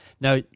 now